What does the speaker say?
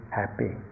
happy